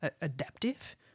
adaptive